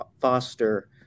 foster